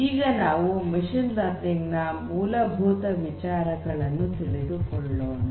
ಈಗ ನಾವು machine learning ನ ಮೂಲಭೂತ ವಿಚಾರಗಳನ್ನು ತಿಳಿದುಕೊಳ್ಳೋಣ